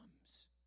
comes